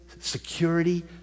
security